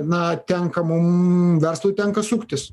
na tenka mum verslui tenka suktis